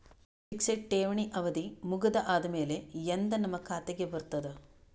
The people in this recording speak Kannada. ಫಿಕ್ಸೆಡ್ ಠೇವಣಿ ಅವಧಿ ಮುಗದ ಆದಮೇಲೆ ಎಂದ ನಮ್ಮ ಖಾತೆಗೆ ಬರತದ?